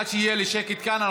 עד שלא יהיה לי שקט כאן,